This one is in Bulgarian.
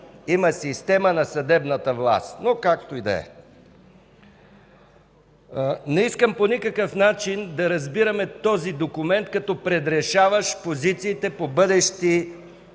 има система на съдебната власт. Както и да е. Не искам по никакъв начин да разбираме този документ като предрешаващ позициите по бъдещи